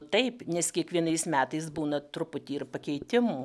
taip nes kiekvienais metais būna truputį ir pakeitimų